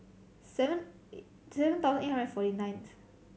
seven seven thousand eight hundred forty ninth